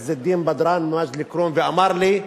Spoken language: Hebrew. עז א-דין בדראן ממג'ד-אל-כרום, ואמר לי: